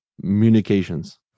communications